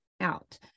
out